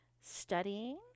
studying